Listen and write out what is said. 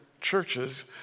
churches